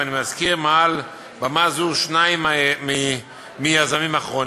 ואני מזכיר מעל במה זו שניים מהמיזמים אחרונים: